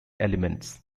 elements